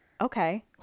okay